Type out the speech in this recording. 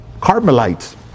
Carmelites